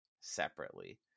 separately